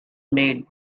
made